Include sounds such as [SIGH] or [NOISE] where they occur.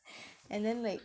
[BREATH] and then like